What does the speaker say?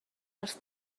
dels